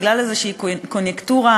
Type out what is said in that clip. וחברי הכנסת של ועדת הכספים,